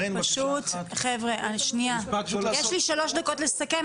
יש לי שלוש דקות לסכם,